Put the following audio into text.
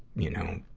you know,